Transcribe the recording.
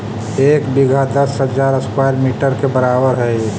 एक बीघा दस हजार स्क्वायर मीटर के बराबर हई